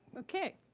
okay.